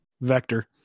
Vector